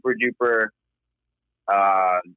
super-duper